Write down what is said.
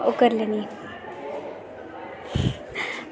ओह् करी लैनी ओह् करी लैनी